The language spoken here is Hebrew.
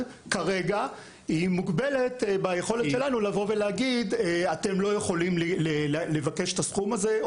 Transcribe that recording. כרגע היא מוגבלת לבוא ולהגיד: אתם לא יכולים לבקש את הסכום הזה,